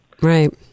Right